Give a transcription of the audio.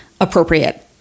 appropriate